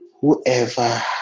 Whoever